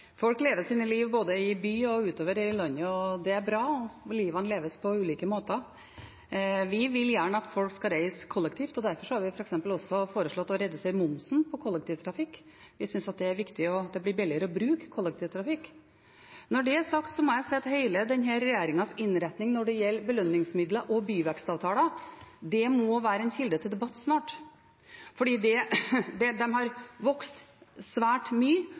Folk lever sine liv både i byene og utover i landet, og det er bra; livene leves på ulike måter. Vi vil gjerne at folk skal reise kollektivt, derfor har vi f.eks. også foreslått å redusere momsen på kollektivtrafikk. Vi synes det er viktig at det blir billigere å bruke kollektivtrafikk. Når det er sagt, må jeg si at denne regjeringens innretning av belønningsmidler og byvekstavtaler må bli en kilde til debatt snart, for det har vokst svært mye.